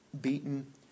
beaten